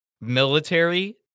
military